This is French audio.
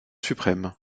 suprême